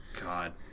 God